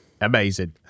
amazing